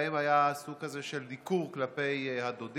שבהם היה סוג כזה של ניכור כלפי הדודים